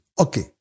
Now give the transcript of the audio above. Okay